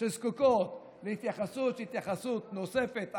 שזקוקות להתייחסות נוספת,